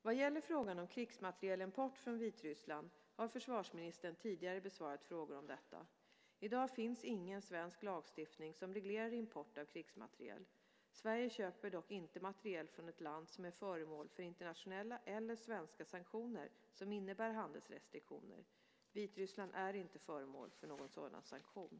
Vad gäller frågan om krigsmaterielimport från Vitryssland har försvarsministern tidigare besvarat frågor om detta. I dag finns ingen svensk lagstiftning som reglerar import av krigsmateriel. Sverige köper dock inte materiel från ett land som är föremål för internationella eller svenska sanktioner som innebär handelsrestriktioner. Vitryssland är inte föremål för någon sådan sanktion.